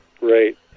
Right